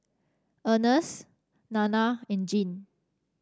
Ernest Nanna and Jean